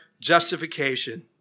justification